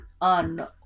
on